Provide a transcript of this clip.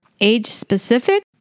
age-specific